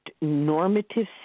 normative